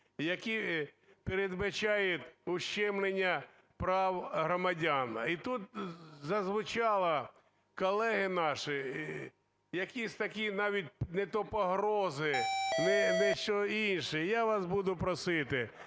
які передбачають ущемлення прав громадян. І тут зазвучало колеги нашого якісь такі, навіть не то погрози, не що інше, я вас буду просити: